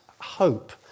hope